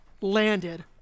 landed